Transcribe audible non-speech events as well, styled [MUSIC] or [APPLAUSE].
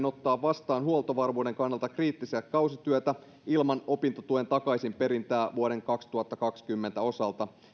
[UNINTELLIGIBLE] ottaa vastaan huoltovarmuuden kannalta kriittistä kausityötä ilman opintotuen takaisinperintää vuoden kaksituhattakaksikymmentä osalta